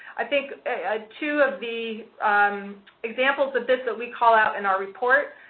i think two of the examples of this that we call out in our report-one